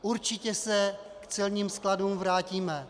Určitě se k celním skladům vrátíme.